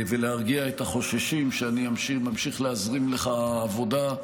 להרגיע את החוששים: אני ממשיך להזרים לך עבודה,